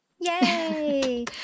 Yay